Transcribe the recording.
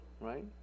right